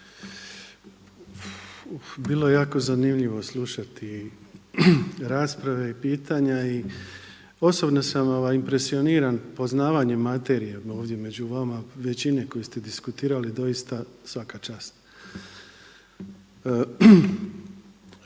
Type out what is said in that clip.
Bilo je jako zanimljivo slušati rasprave i pitanja i osobno sam impresioniran poznavanjem materije ovdje među vama većine koji ste diskutirali doista svaka čast.